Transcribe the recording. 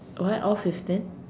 why off his turn